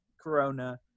Corona